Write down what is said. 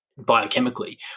biochemically